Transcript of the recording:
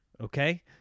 okay